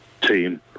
team